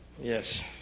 yes